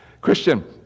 Christian